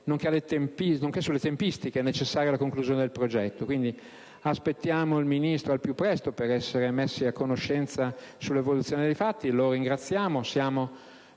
nonché sulle tempistiche necessarie alla conclusione del progetto. Aspettiamo quindi il Ministro al più presto per essere messi a conoscenza sull'evoluzione dei fatti, lo ringraziamo e siamo